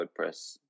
WordPress